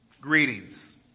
greetings